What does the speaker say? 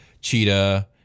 cheetah